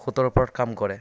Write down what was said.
সুতৰ ওপৰত কাম কৰে